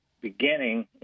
beginning